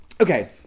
okay